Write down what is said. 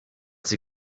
sie